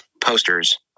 posters